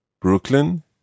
Brooklyn